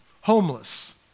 homeless